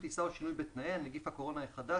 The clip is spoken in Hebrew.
טיסה או שינוי בתנאיה) (נגיף הקורונה החדש,